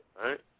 right